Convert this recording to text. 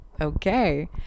Okay